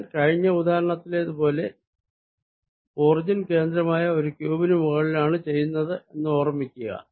ഞാൻ ഇത് കഴിഞ്ഞ ഉദാഹരണത്തിലെ പോലെ ഒറിജിൻ കേന്ദ്രമായ ഒരു ക്യൂബിന് മുകളിലാണ് ചെയ്യുന്നത് എന്നത് ഓർമ്മിക്കുക